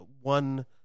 one